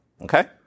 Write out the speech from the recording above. Okay